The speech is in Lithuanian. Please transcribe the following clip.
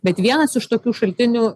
bet vienas iš tokių šaltinių